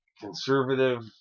conservative